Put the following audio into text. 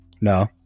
No